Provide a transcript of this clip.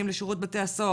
לשב"ס,